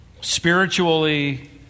Spiritually